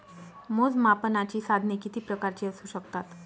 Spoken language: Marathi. मोजमापनाची साधने किती प्रकारची असू शकतात?